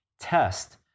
test